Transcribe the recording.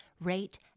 rate